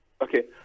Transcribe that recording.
Okay